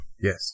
Yes